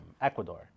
Ecuador